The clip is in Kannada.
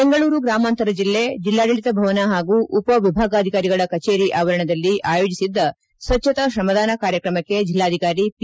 ಬೆಂಗಳೂರು ಗ್ರಾಮಾಂತರ ಜಿಲ್ಲೆ ಜಿಲ್ಲಾಡಳಿತ ಭವನ ಹಾಗೂ ಉಪ ವಿಭಾಗಾಧಿಕಾರಿಗಳ ಕಚೇರಿ ಆವರಣದಲ್ಲಿ ಆಯೋಜಿಸಿದ್ದ ಸ್ವಚ್ಚತಾ ಶ್ರಮದಾನ ಕಾರ್ಯಕ್ರಮಕ್ಕೆ ಜಿಲ್ಲಾಧಿಕಾರಿ ಪಿ